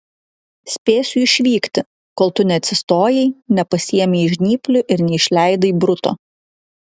spėsiu išvykti kol tu neatsistojai nepasiėmei žnyplių ir neišleidai bruto